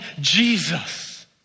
Jesus